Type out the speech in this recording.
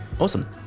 Awesome